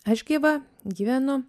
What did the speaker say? aš gyva gyvenu